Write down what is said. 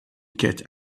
get